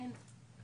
אין.